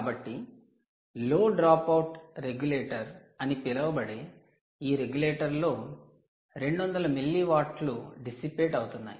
కాబట్టి 'low dropout regulator' 'low dropout regulator' అని పిలువబడే ఈ రెగ్యులేటర్లో 200 మిల్లీవాట్లు డిసిపేట్ అవుతున్నాయి